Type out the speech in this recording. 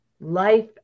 Life